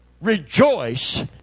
rejoice